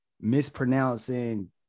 mispronouncing